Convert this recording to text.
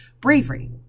bravery